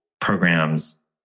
programs